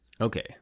okay